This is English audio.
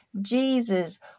Jesus